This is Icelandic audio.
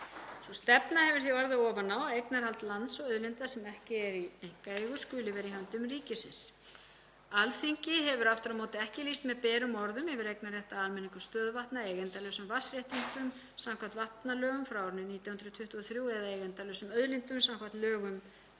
Sú stefna hefur því orðið ofan á að eignarhald lands og auðlinda sem ekki eru í einkaeigu skuli vera í höndum ríkisins. Alþingi hefur aftur á móti ekki lýst með berum orðum yfir eignarrétt að almenningum stöðuvatna, eigendalausum vatnsréttindum samkvæmt vatnalögum frá árinu 1923 eða eigendalausum auðlindum samkvæmt lögum